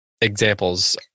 examples